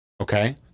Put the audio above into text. Okay